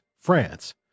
France